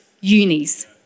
unis